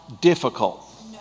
difficult